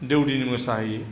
देवदिनि मोसाहोयो